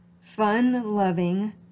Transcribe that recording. fun-loving